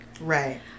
right